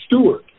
Stewart